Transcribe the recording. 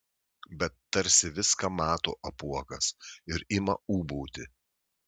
bet tarsi viską mato apuokas ir ima ūbauti